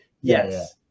Yes